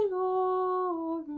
o